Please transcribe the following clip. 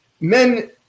men